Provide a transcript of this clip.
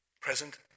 present